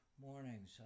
mornings